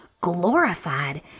glorified